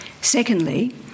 Secondly